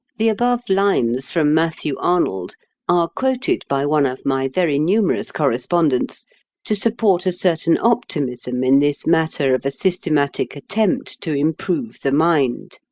the above lines from matthew arnold are quoted by one of my very numerous correspondents to support a certain optimism in this matter of a systematic attempt to improve the mind.